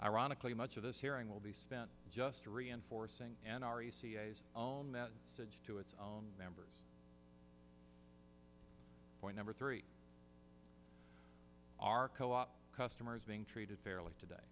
ironically much of this hearing will be spent just reinforcing and our own that said to its own members point number three our co op customers being treated fairly today